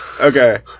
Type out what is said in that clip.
okay